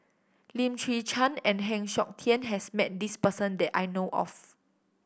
Lim Chwee Chian and Heng Siok Tian has met this person that I know of